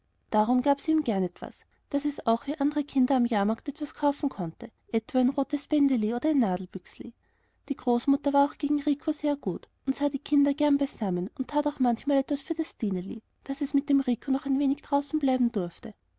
darum gab sie ihm gern etwas daß es auch wie andere kinder am jahrmarkt etwas kaufen könne etwa ein rotes bändeli oder ein nadelbüchsli die großmutter war auch gegen rico sehr gut und sah die kinder gern beisammen und tat auch manchmal etwas für das stineli daß es mit dem rico noch ein wenig draußen bleiben durfte